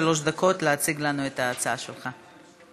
שלוש דקות להציג לנו את ההצעה שלך.